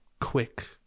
quick